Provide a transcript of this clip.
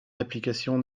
d’application